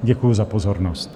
Děkuji za pozornost.